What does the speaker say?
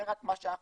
זה רק מה שאנחנו